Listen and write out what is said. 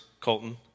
Colton